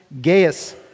Gaius